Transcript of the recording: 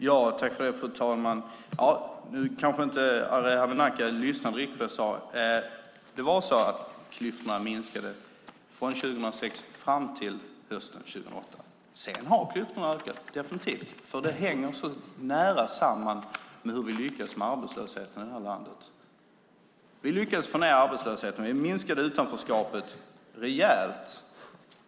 Fru talman! Arhe Hanednaca kanske inte riktigt lyssnade på vad jag sade. Det var så att klyftorna minskade från 2006 fram till hösten 2008. Sedan har klyftorna ökat, definitivt, för det hänger så nära samman med hur vi lyckas med arbetslösheten i det här landet. Vi lyckades få ned arbetslösheten. Vi minskade utanförskapet rejält.